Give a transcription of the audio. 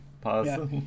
pause